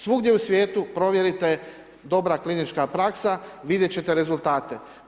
Svugdje u svijetu, provjerite dobra klinička praksa vidjeti ćete rezultate.